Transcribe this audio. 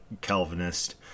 Calvinist